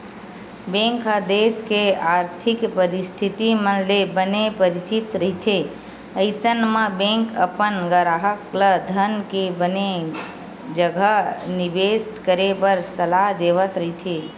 bank ह देस के आरथिक परिस्थिति मन ले बने परिचित रहिथे अइसन म बेंक अपन गराहक ल धन के बने जघा निबेस करे बर सलाह देवत रहिथे